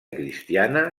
cristiana